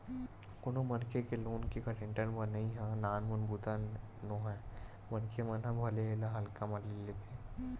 कोनो मनखे के लोन के गारेंटर बनई ह नानमुन बूता नोहय मनखे मन ह भले एला हल्का म ले लेथे